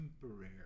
temporary